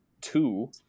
two